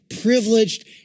privileged